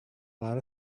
lot